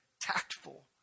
tactful